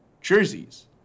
jerseys